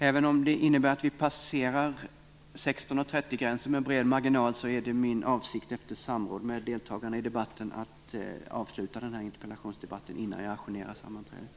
Även om det innebär att vi passerar 16.30-gränsen med bred marginal är det min avsikt, efter samråd med deltagarna i debatten, att avsluta den här interpellationsdebatten innan jag ajournerar sammanträdet.